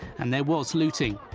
and there was looting.